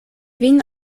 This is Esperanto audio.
vin